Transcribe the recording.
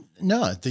No